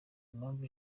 impamvu